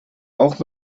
auch